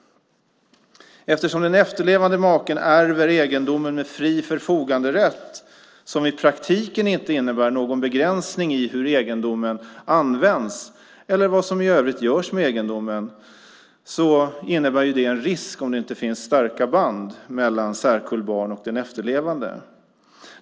Eftersom den efterlevande maken ärver egendomen med fri förfoganderätt, som i praktiken inte innebär någon begränsning i hur egendomen används eller vad som i övrigt görs med egendomen, innebär det en risk om det inte finns starka band mellan särkullbarn och den efterlevande.